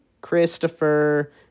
Christopher